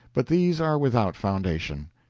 but these are without foundation.